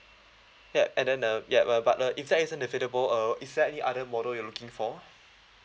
yeah and then uh ya uh but uh if that is unavailable uh is there any other model you're looking for